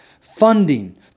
funding